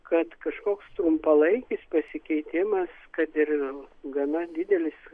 kad kažkoks trumpalaikis pasikeitimas kad ir gana didelis